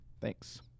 thanks